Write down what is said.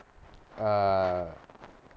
err